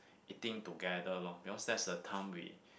eating together lor because that's a time we